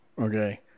Okay